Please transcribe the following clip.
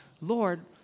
Lord